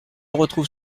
retrouve